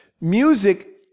Music